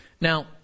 Now